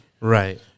right